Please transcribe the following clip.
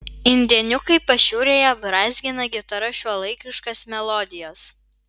indėniukai pašiūrėje brązgina gitara šiuolaikiškas melodijas